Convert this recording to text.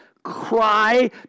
Cry